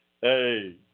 Hey